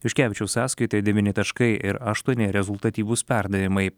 juškevičiaus sąskaitoj devyni taškai ir aštuoni rezultatyvūs perdavimai